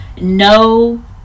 no